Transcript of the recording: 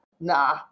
nah